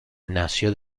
nació